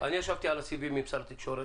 אני ישבתי על הסיבים עם שר התקשורת,